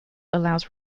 allows